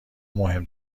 مهم